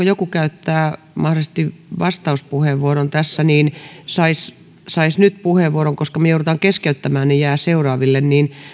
joku haluaa käyttää mahdollisesti vastauspuheenvuoron tässä niin saisi saisi nyt puheenvuoron koska me joudumme keskeyttämään jolloin jää seuraaville